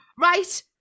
right